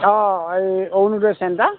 অঁ এই অৰুণোদয় চেণ্টাৰ